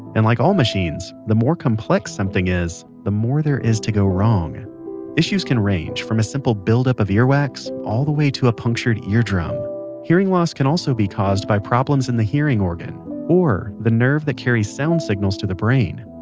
and like all machines, the more complex something is, the more there is to go wrong issues can range from a simple buildup of earwax all the way to a punctured eardrum hearing loss can also be caused by problems in the hearing organ or the nerve that carries sound signals to the brain.